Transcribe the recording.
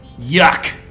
Yuck